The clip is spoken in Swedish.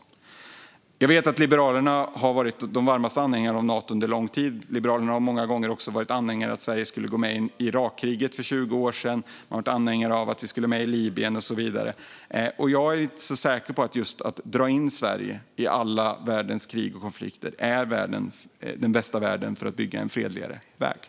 Jag vet att Liberalerna har varit de varmaste anhängarna av Nato under lång tid. Liberalerna var också anhängare av att Sverige skulle gå med i Irakkriget för 20 år sedan. De var anhängare av att vi skulle med i Libyen och så vidare. Jag är inte så säker på att just att dra in Sverige i alla världens krig och konflikter är den bästa vägen för att bygga en fredligare värld.